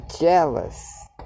jealous